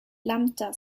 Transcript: lambda